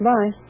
Bye